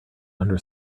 under